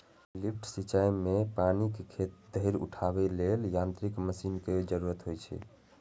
lift सिंचाइ मे पानि कें खेत धरि उठाबै लेल यांत्रिक मशीन के जरूरत होइ छै